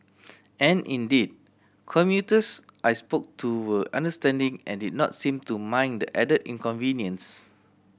and indeed commuters I spoke to were understanding and did not seem to mind the added inconvenience